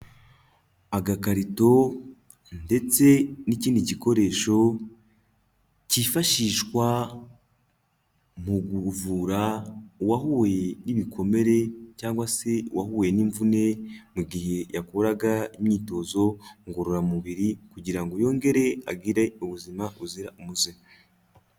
Agakarito ndetse n'ikindi gikoresho kifashishwa mu kuvura uwahuye n'ibikomere cyangwa se uwahuye n'imvune mu gihe yakoraga imyitozo ngororamubiri kugira ngo yongere agire ubuzima buzira umuze.